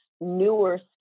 newer